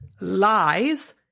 lies